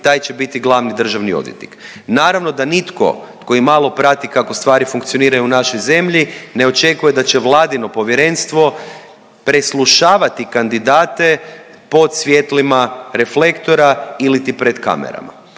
taj će biti glavni državni odvjetnik. Naravno da nitko tko imalo prati kako stvari funkcioniraju u našoj zemlji ne očekuje da će vladino Povjerenstvo preslušavati kandidate pod svjetlima reflektora iliti pred kamerama.